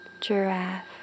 giraffe